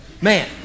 man